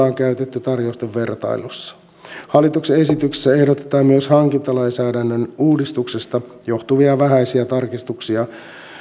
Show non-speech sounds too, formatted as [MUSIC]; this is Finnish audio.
[UNINTELLIGIBLE] on käytetty tarjousten vertailussa hallituksen esityksessä ehdotetaan myös hankintalainsäädännön uudistuksesta johtuvia vähäisiä tarkistuksia